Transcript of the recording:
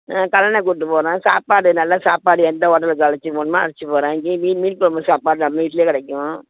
ஆ கல்லணை கூப்பிட்டுப் போகிறேன் சாப்பாடு நல்ல சாப்பாடு எந்த ஹோட்டலுக்கு அழைச்சிட்டுப் போகணுமோ அழைச்சிட்டுப் போகிறேன் இங்கேயே மீன் மீன் கொழம்பு சாப்பாடு நம்ம வீட்டிலயே கிடைக்கும்